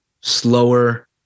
slower